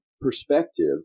perspective